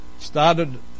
started